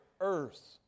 earth